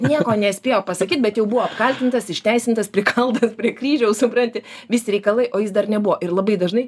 nieko nespėjo pasakyt bet jau buvo apkaltintas išteisintas prikaltas prie kryžiaus supranti visi reikalai o jis dar nebuvo ir labai dažnai